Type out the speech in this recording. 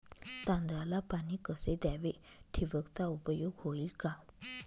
तांदळाला पाणी कसे द्यावे? ठिबकचा उपयोग होईल का?